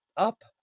up